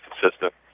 consistent